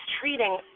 treating